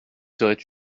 serait